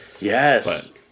Yes